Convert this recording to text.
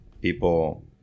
people